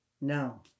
no